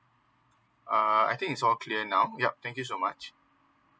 uh I think it's all clear now yup thank you so much